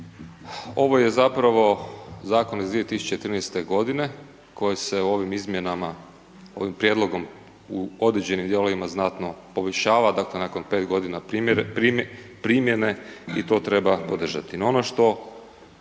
Ovo je zapravo zakon iz 2013. godine koji se ovim izmjenama, ovim prijedlogom u određenim dijelovima znatno poboljšava, dakle, nakon 5 godina primjene i to treba podržati.